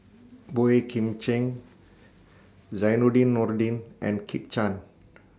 Boey Kim Cheng Zainudin Nordin and Kit Chan